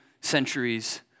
centuries